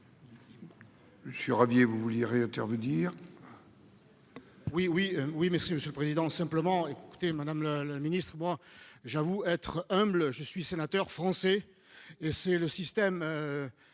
Monsieur Ravier vous vouliez réintervenir.-- Oui oui oui mais si Monsieur le Président, simplement, écoutez madame le Ministre, moi j'avoue être humble. Je suis sénateur français et c'est le système.